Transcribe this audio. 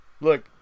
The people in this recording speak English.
Look